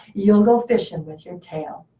you'll go fishing with your tail.